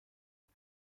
جنگ